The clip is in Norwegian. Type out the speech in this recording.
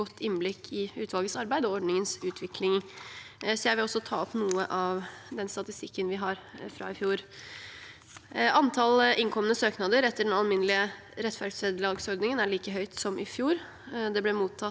godt innblikk i utvalgets arbeid og ordningens utvikling. Jeg vil også ta opp noe av statistikken vi har fra i fjor. Antallet innkomne søknader etter den alminnelige rettferdsvederlagsordningen er like høyt som i fjor. Det ble mottatt